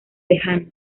lejano